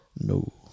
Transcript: No